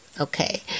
Okay